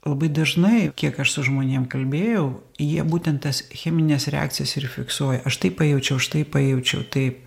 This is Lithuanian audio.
labai dažnai kiek aš su žmonėm kalbėjau jie būtent tas chemines reakcijas ir fiksuoja aš tai pajaučiau aš tai pajaučiau taip